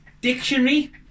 Dictionary